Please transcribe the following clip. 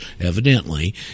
evidently